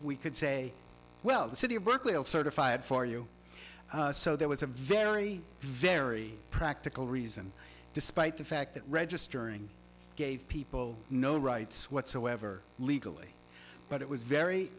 we could say well the city of berkeley certified for you so there was a very very practical reason despite the fact that registering gave people no rights whatsoever legally but it was very